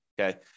okay